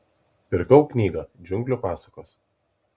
pirkau knygą džiunglių pasakos